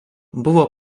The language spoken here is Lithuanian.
buvo